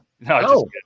No